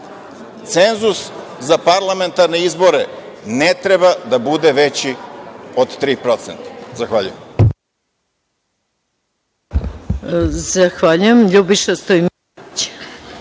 „Cenzus za parlamentarne izbore ne treba da bude veći od 3%“. Zahvaljujem.